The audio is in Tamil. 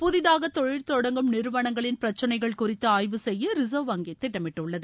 புதிதாக தொழில் தொடங்கும் நிறுவனங்களின் பிரச்சினைகள் குறித்து ஆய்வு செய்ய ரிசர்வ் வங்கி திட்டமிட்டுள்ளது